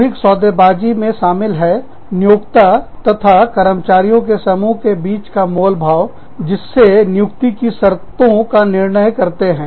सामूहिक सौदेबाजी सौदाकारी मे शामिल है नियोक्ता तथा कर्मचारियों के समूह के बीच का मोल भावजिससे नियुक्ति की शर्तों का निर्णय करते हैं